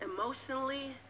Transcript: emotionally